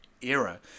era